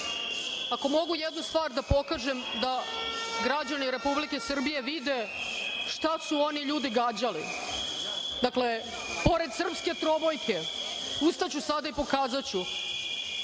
mogu jednu stvar da pokažem, da građani Republike Srbije vide šta su oni ljudi gađali. Dakle, pored srpske trobojke, ustaću sada i pokazaću,